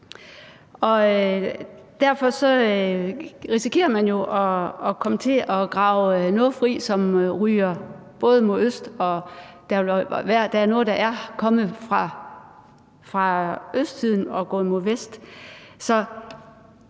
jo at komme til at grave noget fri, som ryger mod øst, og der er noget, der er kommet fra østsiden og er gået mod vest.